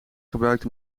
gebruikt